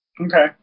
Okay